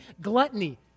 gluttony